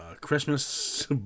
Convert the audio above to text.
Christmas